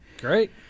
great